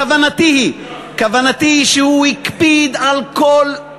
כוונתי היא, כוונתי היא שהוא הקפיד על כל,